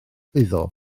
iddo